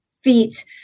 feet